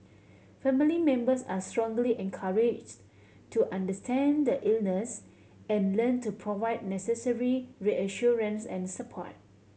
family members are strongly encouraged to understand the illness and learn to provide necessary reassurance and support